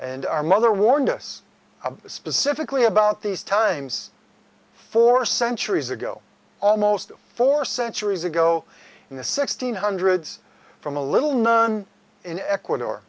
and our mother warned us specifically about these times four centuries ago almost four centuries ago in the sixteen hundreds from a little nun in ecuador